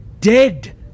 dead